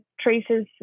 traces